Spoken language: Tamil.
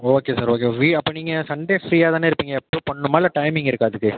ஓகே சார் ஓகே ஃப்ரீ அப்போ நீங்கள் சன்டே ஃப்ரீயாக தானே இருப்பீங்க எப்போது பண்ணணுமா இல்லை டைமிங் இருக்கா அதுக்கு